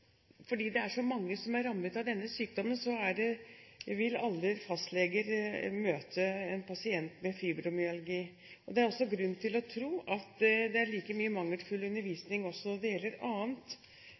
Fordi det er så mange som er rammet av denne sykdommen, vil alle fastleger møte en pasient med fibromyalgi. Det er også grunn til å tro at det er like mye mangelfull